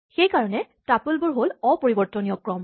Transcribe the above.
সেইকাৰণে টাপলবোৰ হ'ল অপৰিবৰ্তনীয় ক্ৰম